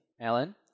Alan